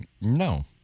No